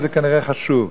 זה כנראה חשוב,